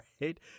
right